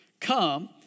Come